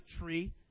tree